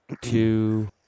two